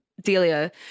delia